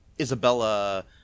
isabella